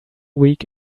week